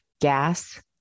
gas